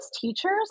teachers